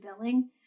billing